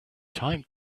time